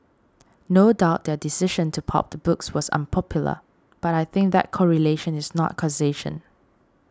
no doubt their decision to pulp the books was unpopular but I think that correlation is not causation